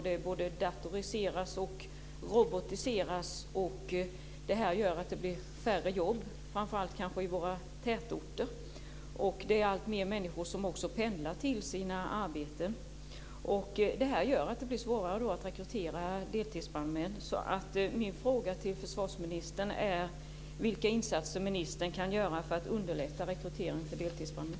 Det både datoriseras och robotiseras, och det gör att det blir färre jobb, kanske framför allt i våra tätorter. Det är också alltmer människor som pendlar till sina arbeten. Det här gör att det blir svårare att rekrytera deltidsbrandmän.